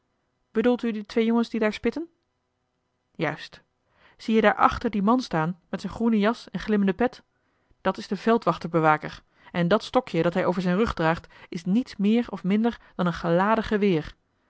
bedoelt u de twee jongens die daar spitten juist zie je daar achter dien man staan met zijne groene jas en glimmende pet dat is de veldwachter bewaker en dat stokje dat hij over zijn rug draagt is niets meer of minder dan een geladen geweer